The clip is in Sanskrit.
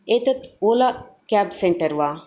एतत् ओला क्याब् सेन्टर् वा